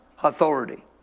authority